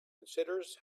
considers